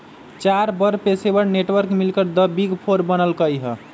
चार बड़ पेशेवर नेटवर्क मिलकर द बिग फोर बनल कई ह